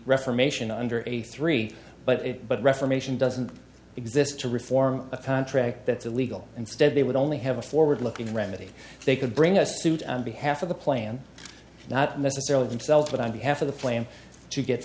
reformation under eighty three but it but reformation doesn't exist to reform a contract that's a legal instead they would only have a forward looking remedy they could bring a suit on behalf of the plan not necessarily themselves but on behalf of the flame to get